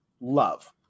love